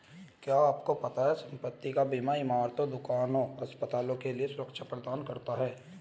क्या आपको पता है संपत्ति का बीमा इमारतों, दुकानों, अस्पतालों के लिए सुरक्षा प्रदान करता है?